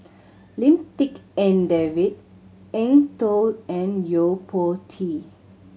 Lim Tik En David Eng Tow and Yo Po Tee